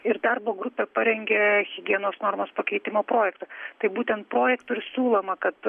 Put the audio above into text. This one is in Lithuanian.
ir darbo grupė parengė higienos normos pakeitimo projektą tai būtent projektu ir siūloma kad